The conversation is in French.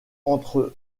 entre